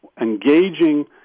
engaging